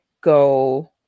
go